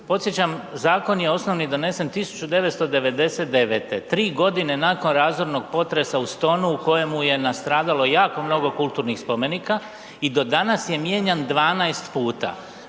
Podsjećam, zakon je osnovni donesen 1999., 3.g. nakon razornog potresa u Stonu u kojemu je nastradalo jako mnogo kulturnih spomenika i do danas je mijenjan 12 puta.